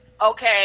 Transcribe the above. okay